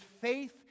faith